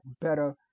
better